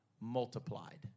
multiplied